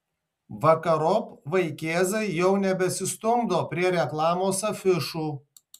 vakarop vaikėzai jau nebesistumdo prie reklamos afišų